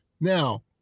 Now